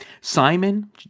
Simon